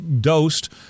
dosed